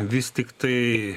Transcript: vis tiktai